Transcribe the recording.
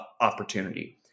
opportunity